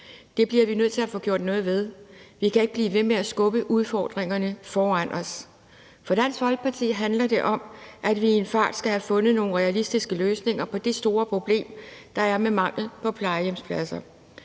Det bliver vi nødt til at få gjort noget ved. Vi kan ikke blive ved med at skubbe udfordringerne foran os. For Dansk Folkeparti handler det om, at vi i en fart skal have fundet nogle realistiske løsninger på det store problem, der er med mangel på plejehjemspladser.